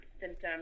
symptoms